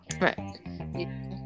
right